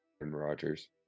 Rodgers